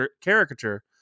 caricature